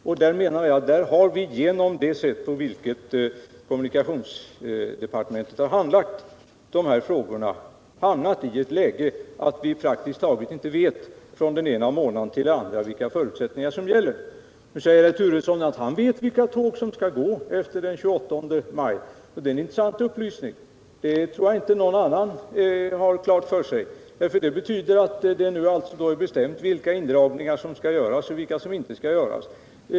Och där menar jag att vi genom det sätt på vilket kommunikationsdepartementet handlagt de här frågorna hamnat i ett läge där vi praktiskt taget från den ena månaden till den andra inte vet vilka förutsättningar som Nr 105 gäller. Torsdagen den Nu säger herr Turesson att han vet vilka tåg som skall gå efter den 28 maj. 30 mars 1978 Det är en intressant upplysning — detta tror jag inte någon annan har klart för sig. Det betyder alltså att det är bestämt vilka indragningar som skall göras och vilka som inte skall göras.